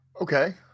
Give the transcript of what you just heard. Okay